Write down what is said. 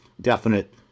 definite